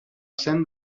cent